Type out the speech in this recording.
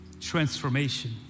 transformation